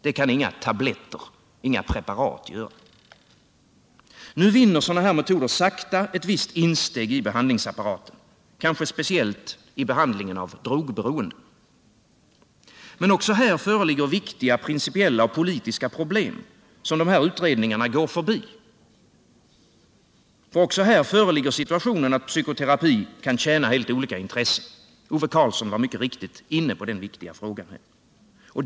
Det kan inga tabletter, inga preparat göra. Nu vinner sådana här metoder sakta ett visst insteg i behandlingsapparaten, kanske speciellt i behandlingen av drogberoende. Men också här föreligger viktiga principiella och politiska problem, som utredningarna går förbi. Också här föreligger situationen att psykoterapi kan tjäna helt olika intressen, och Ove Karlsson var helt riktigt inne på det.